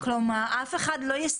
ככל שהדבר הזה לא נדרש